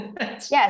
Yes